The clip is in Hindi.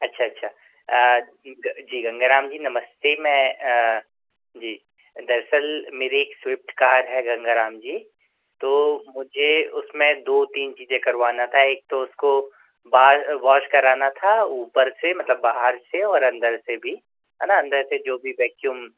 अच्छा अच्छा जी गंगाराम जी नमस्ते मैं जी दरअसल मेरी एक स्विफ़्ट कार है गंगाराम जी तो मुझे उस में दो तीन चीज़ें करवाना था एक तो उसको बाहर वॉश कराना था ऊपर से मतलब बाहर से और अंदर से भी है ना अंदर से जो भी वैक्यूम